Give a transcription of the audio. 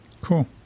Cool